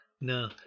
No